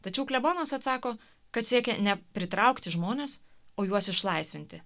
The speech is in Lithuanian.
tačiau klebonas atsako kad siekia ne pritraukti žmones o juos išlaisvinti